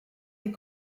des